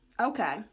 Okay